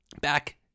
back